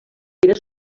era